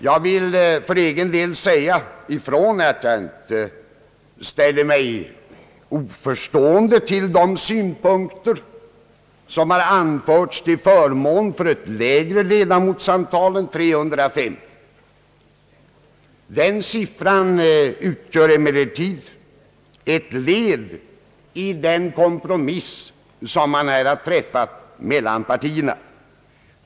Jag vill för egen del säga ifrån att jag inte ställer mig oförstående inför de synpunkter som har anförts till förmån för ett lägre ledamotsantal än 350. Den siffran utgör emellertid ett led i den kompromiss som har träffats mellan partierna.